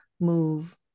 move